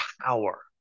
power